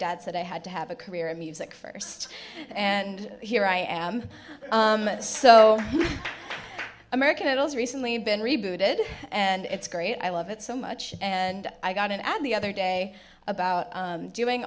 dad said i had to have a career in music first and here i am so american idol's recently been rebooted and it's great i love it so much and i got in and the other day about doing